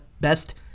best